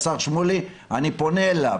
אני פונה אליו,